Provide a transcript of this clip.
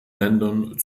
ländern